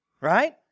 right